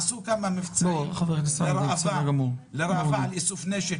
עשו כמה מבצעים לראווה לאיסוף נשק.